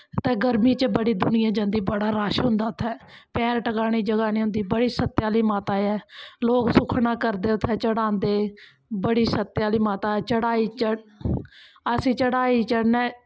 ते गर्मियें च बड़ी दुनियां जंदी बड़ा रश होंदा उत्थें पैर टकाने दी जगह् निं होंदी बड़ी सत्या आह्ली मता ऐ लोग सुक्खनां करदे उत्थैं चढ़ांदे बड़ी सत्या आह्ली माता ऐ चढ़ाई चढ़ अस चढ़ाई चढ़ने